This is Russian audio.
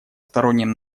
сторонним